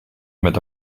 met